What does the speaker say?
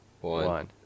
One